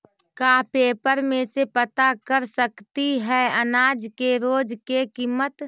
का पेपर में से पता कर सकती है अनाज के रोज के किमत?